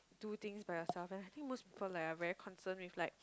do things by yourself and I think most people like are very concern with like